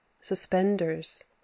suspenders